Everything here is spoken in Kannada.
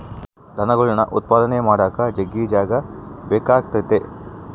ದನಗುಳ್ ಉತ್ಪಾದನೆ ಮಾಡಾಕ ಜಗ್ಗಿ ಜಾಗ ಬೇಕಾತತೆ